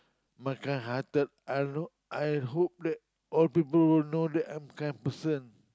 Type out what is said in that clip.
my kind hearted I don't know I hope that all people will know that I am kind person